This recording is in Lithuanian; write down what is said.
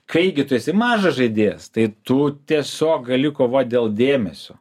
kai gi tu esi mažas žaidėjas tai tu tiesiog gali kovot dėl dėmesio